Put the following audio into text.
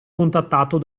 contattato